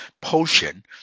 potion